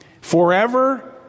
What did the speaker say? forever